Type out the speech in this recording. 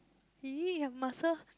!ee! her muscle